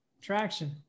Traction